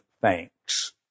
thanks